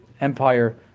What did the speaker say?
empire